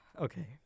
Okay